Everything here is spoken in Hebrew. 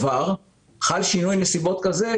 לחיות.